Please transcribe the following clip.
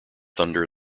thunder